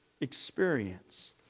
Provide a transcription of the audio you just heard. experience